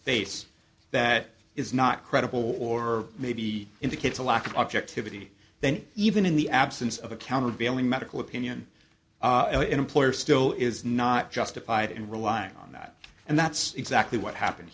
face that is not credible or maybe indicates a lack of objectivity then even in the absence of a countervailing medical opinion an employer still is not justified in relying on that and that's exactly what happened